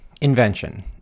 invention